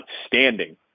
outstanding